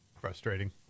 Frustrating